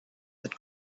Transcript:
that